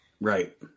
Right